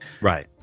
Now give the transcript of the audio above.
Right